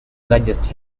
largest